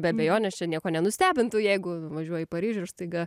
be abejonės čia nieko nenustebintų jeigu važiuoji į paryžių ir staiga